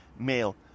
mail